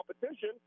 competition